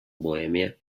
bohemia